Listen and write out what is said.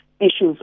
issues